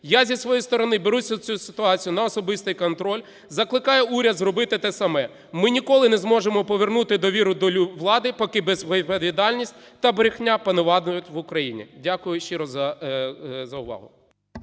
Я зі своєї сторони беру цю ситуацію на особистий контроль, закликаю уряд зробити те саме. Ми ніколи не зможемо повернути довіру до влади, поки безвідповідальність та брехня пануватимуть в Україні. Дякую щиро за увагу.